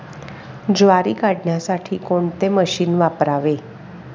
ज्वारी काढण्यासाठी कोणते मशीन वापरावे?